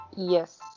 yes